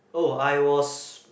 oh I was